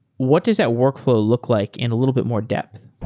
what does that workflow look like in a little bit more depth?